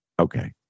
Okay